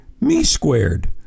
me-squared